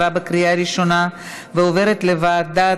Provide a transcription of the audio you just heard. לוועדה